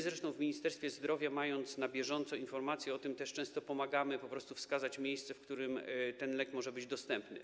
Zresztą w Ministerstwie Zdrowia, mając na bieżąco informacje o tym, często pomagamy po prostu wskazać miejsce, w którym ten lek może być dostępny.